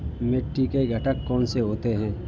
मिट्टी के घटक कौन से होते हैं?